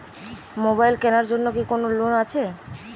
Mobile কেনার জন্য কি কোন লোন আছে?